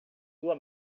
sua